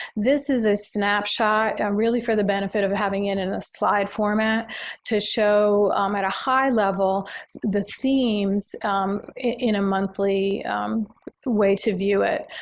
this is a snapshot um really for the benefit of having it in a slide format to show um at a high level the themes in a monthly way to view it.